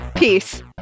Peace